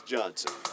Johnson